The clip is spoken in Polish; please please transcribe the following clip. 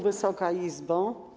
Wysoka Izbo!